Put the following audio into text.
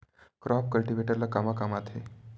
Crop cultivator ला कमा काम आथे?